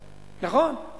נכון?